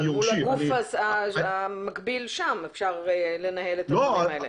אבל מול הגוף המקביל שם אפשר לנהל את העניינים האלה.